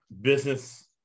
business